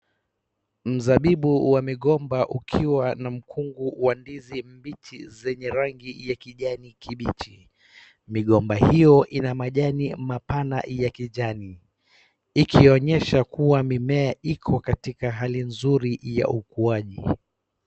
Mzabibu wa migomba ukiwa na mkungu wa ndizi mbichi zenye rangi ya kijani kimbichi. Migomba hiyo ina majani mapana ya kijani. Ikionyesha kuwa mimea iko katika hali nzuri ya ukuaji.